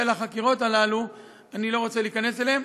החקירות הללו אני לא רוצה להיכנס אליהן.